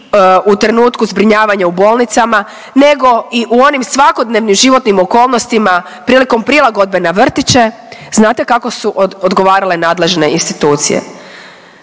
u trenutku zbrinjavanja u bolnicama nego i u onim svakodnevnim životnim okolnostima prilikom prilagodbe na vrtiće. Znate kako su odgovarale nadležne institucije?